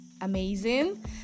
amazing